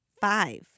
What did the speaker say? Five